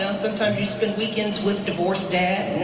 and sometimes you spend weekends with divorced dad.